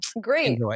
great